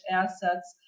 assets